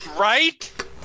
Right